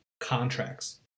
contracts